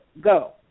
go